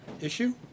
issue